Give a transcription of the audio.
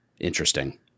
Interesting